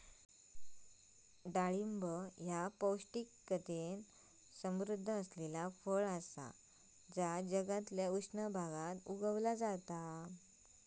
डाळिंब ह्या पौष्टिकतेन समृध्द असलेला फळ असा जा जगातल्या उष्ण भागात उगवला जाता